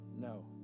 No